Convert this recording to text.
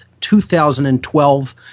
2012